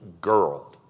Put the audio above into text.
girl